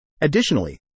Additionally